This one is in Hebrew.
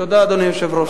תודה, אדוני היושב-ראש.